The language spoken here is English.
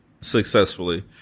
Successfully